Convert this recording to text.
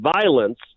violence